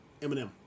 Eminem